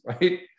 right